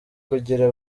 kugira